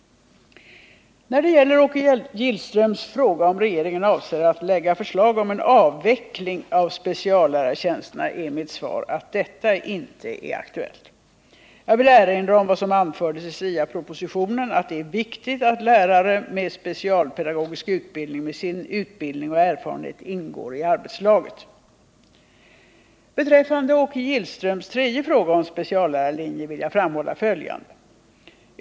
När det gäller Åke Gillströms fråga om regeringen avser att lägga förslag om en avveckling av speciallärartjänsterna är mitt svar att detta inte är aktuellt. Jag vill erinra om vad som anfördes i SIA propositionen att det är viktigt att lärare med specialpedagogisk utbildning med sin utbildning och erfarenhet ingår i arbetslaget. Beträffande Åke Gillströms tredje fråga om speciallärarlinjen vill jag framhålla följande.